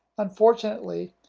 unfortunately,